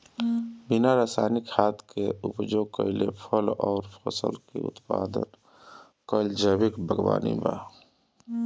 बिना रासायनिक खाद क उपयोग कइले फल अउर फसल क उत्पादन कइल जैविक बागवानी बा